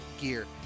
gear